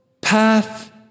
path